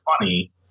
funny